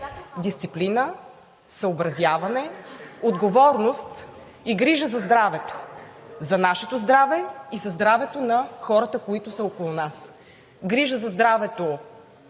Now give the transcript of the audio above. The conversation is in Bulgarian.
дисциплина, съобразяване, отговорност и грижа за здравето – за нашето здраве и за здравето на хората, които са около нас, грижа за здравето